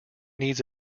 needs